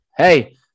Hey